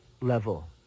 level